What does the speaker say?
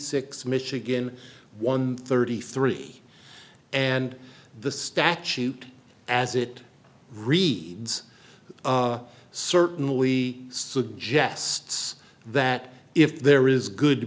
six michigan one thirty three and the statute as it reads it certainly suggests that if there is good